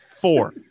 Four